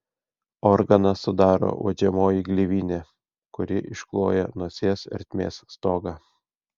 organą sudaro uodžiamoji gleivinė kuri iškloja nosies ertmės stogą